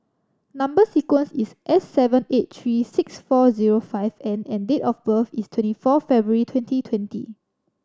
number sequence is S sevent eight three six four zero five N and date of birth is twenty four February twenty twenty